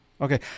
okay